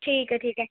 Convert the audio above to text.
ਠੀਕ ਹੈ ਠੀਕ ਹੈ